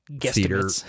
theater